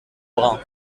brun